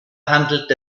handelt